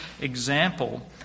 example